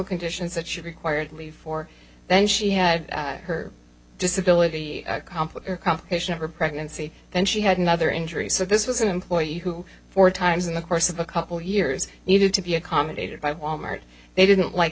conditions that she required leave for then she had her disability accomplish your complication of her pregnancy then she had another injury so this was an employee who four times in the course of a couple years needed to be accommodated by walmart they didn't like